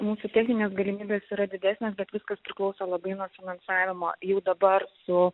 mūsų techninės galimybės yra didesnės bet viskas priklauso labai nuo finansavimo jau dabar su